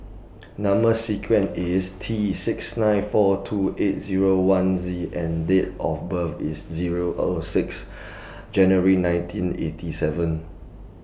Number sequence IS T six nine four two eight Zero one Z and Date of birth IS Zero O six January nineteen eighty seven